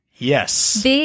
Yes